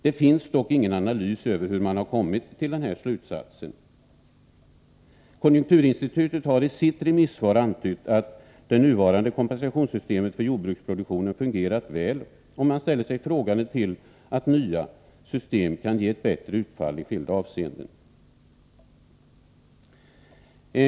Det finns dock ingen analys som visar hur man har kommit fram till denna slutsats. Konjunkturinstitutet har i sitt remissvar antytt att det nuvarande kompensationssystemet för jordbruksproduktionen fungerat väl. Man ställer sig frågande till bedömningen att nya system skulle kunna ge ett bättre utfall i skilda avseenden.